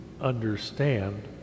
understand